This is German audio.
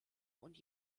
und